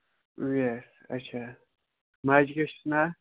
اُویس اَچھا ماجہِ کیٛاہ چھُس ناو